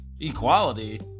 equality